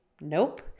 Nope